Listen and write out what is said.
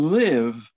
live